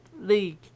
league